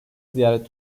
ziyaret